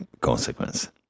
consequence